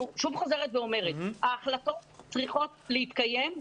אני שוב חוזרת ואומרת, ההחלטות צריכות להתקיים.